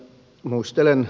muistelen